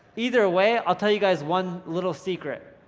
either way, i'll tell you guys one little secret.